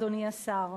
אדוני השר,